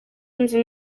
nzi